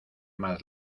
más